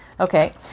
Okay